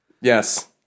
Yes